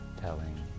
telling